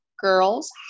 girls